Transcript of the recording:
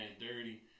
dirty